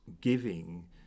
giving